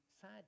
sad